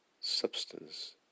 substance